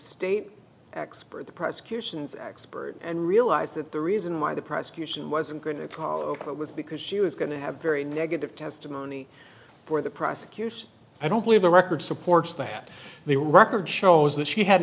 state expert the prosecution's expert and realized that the reason why the prosecution wasn't going to it was because she was going to have very negative testimony for the prosecution i don't believe the record supports that the record shows that she had